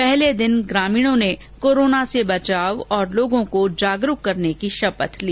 पहले दिन ग्रामीणों ने कोरोना से बचने और लोगों को जागरुक करने की शपथ ली